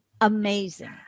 amazing